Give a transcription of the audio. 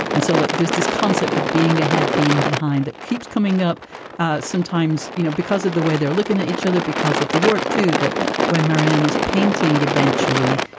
and so like there's this concept of being ahead, being behind that keeps coming up sometimes, you know, because of the way they're looking at each other, because of the work, too, that where marianne is painting, eventually,